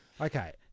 Okay